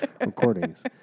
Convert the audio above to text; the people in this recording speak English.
recordings